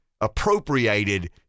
appropriated